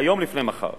היום לפני מחר.